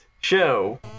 show